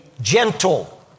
gentle